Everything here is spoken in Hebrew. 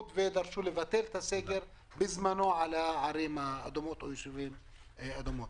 ודרשו בזמנו לבטל את הסגר על הערים האדומות או ישובים אדומים.